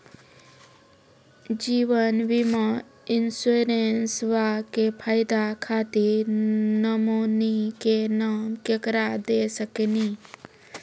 जीवन बीमा इंश्योरेंसबा के फायदा खातिर नोमिनी के नाम केकरा दे सकिनी?